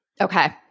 Okay